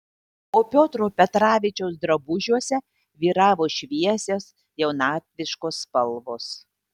o piotro petravičiaus drabužiuose vyravo šviesios jaunatviškos spalvos